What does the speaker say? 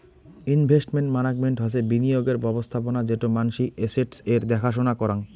investment management হসে বিনিয়োগের ব্যবস্থাপোনা যেটো মানসি এস্সেটস এর দ্যাখা সোনা করাং